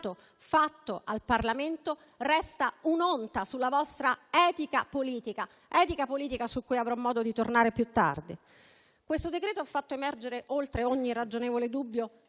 fatto al Parlamento resta un'onta sulla vostra etica politica, su cui avrò modo di tornare più tardi. Il decreto ha fatto emergere oltre ogni ragionevole dubbio